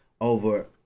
over